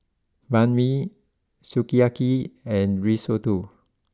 Banh Mi Sukiyaki and Risotto